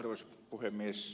arvoisa puhemies